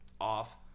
off